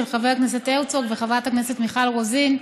של חבר הכנסת הרצוג וחברת הכנסת מיכל רוזין,